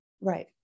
Right